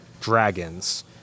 dragons